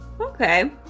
Okay